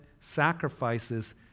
sacrifices